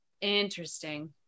Interesting